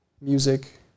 music